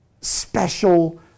special